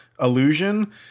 Illusion